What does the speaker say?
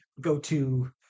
go-to